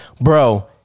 bro